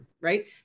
right